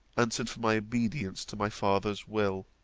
answered for my obedience to my father's will